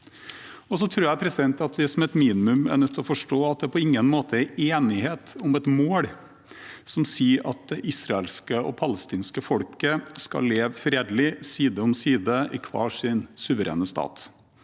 Jeg tror at vi som et minimum er nødt til å forstå at det på ingen måte er enighet om et mål som sier at det israelske og det palestinske folket skal leve fredelig side om side i hver sin suverene stat.